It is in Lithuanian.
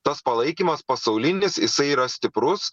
tas palaikymas pasaulinis jisai yra stiprus